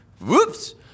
whoops